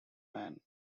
man